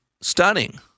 Stunning